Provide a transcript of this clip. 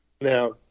now